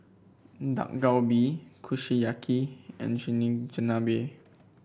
Dak Galbi Kushiyaki and Chigenabe